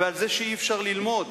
ועל זה שאי-אפשר ללמוד.